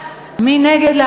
מי נגד,